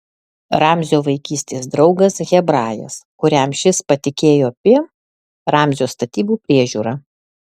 ramzio vaikystės draugas hebrajas kuriam šis patikėjo pi ramzio statybų priežiūrą